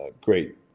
great